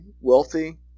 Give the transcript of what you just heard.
wealthy